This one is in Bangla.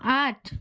আট